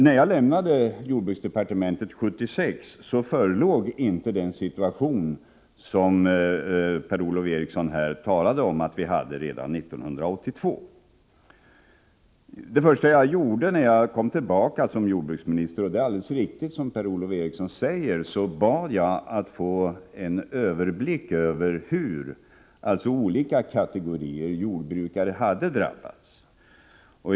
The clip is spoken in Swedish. När jag lämnade jordbruksdepartementet 1976 förelåg inte den situation som Per-Ola Eriksson säger att vi hade redan 1982. Det är riktigt som Per-Ola Eriksson säger att det första jag gjorde som jordbruksminister var att be om en överblick över hur olika kategorier jordbrukare hade drabbats.